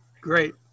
Great